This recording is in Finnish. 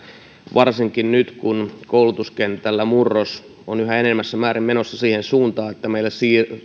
varsinkin nyt kun koulutuskentällä murros on yhä enenevässä määrin menossa siihen suuntaan että meillä